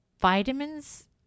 vitamins